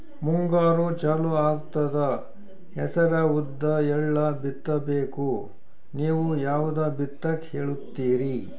ಮುಂಗಾರು ಚಾಲು ಆಗ್ತದ ಹೆಸರ, ಉದ್ದ, ಎಳ್ಳ ಬಿತ್ತ ಬೇಕು ನೀವು ಯಾವದ ಬಿತ್ತಕ್ ಹೇಳತ್ತೀರಿ?